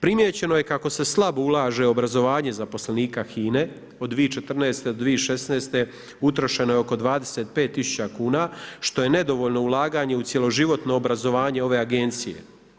Primijećeno je kako se slabo ulaže u obrazovanje zaposlenika HINA-e, od 2014.-2016. utrošeno je oko 25000 kn, što je nedovoljno ulaganje u cijeloživotno obrazovanje ove agencije.